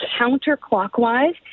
counterclockwise